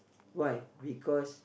why because